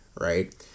right